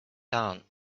down